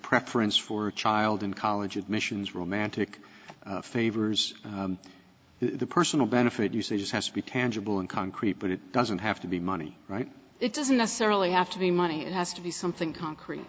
preference for a child in college admissions romantic favors the personal benefit you say just has to be tangible and concrete but it doesn't have to be money right it doesn't necessarily have to be money it has to be something concrete